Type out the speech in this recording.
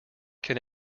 can